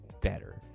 better